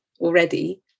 already